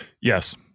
Yes